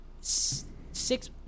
six